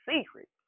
secrets